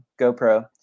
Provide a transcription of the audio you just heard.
GoPro